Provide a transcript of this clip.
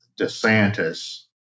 DeSantis